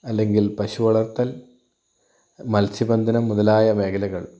അല്ലെങ്കിൽ പശു വളർത്തൽ മത്സ്യ ബന്ധനം മുതലായ മേഖലകൾ